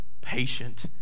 patient